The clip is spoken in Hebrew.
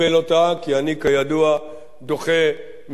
כי אני כידוע דוחה מכול וכול,